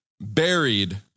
buried